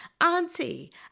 Auntie